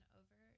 over